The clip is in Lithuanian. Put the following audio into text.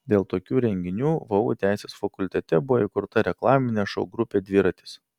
dėl tokių renginių vu teisės fakultete buvo įkurta reklaminė šou grupė dviratis